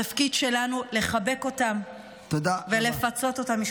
התפקיד שלנו לחבק אותם ולפצות אותם, תודה רבה.